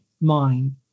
mind